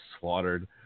slaughtered